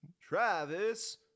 Travis